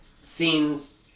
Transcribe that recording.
scenes